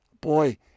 Boy